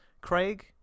Craig